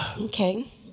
Okay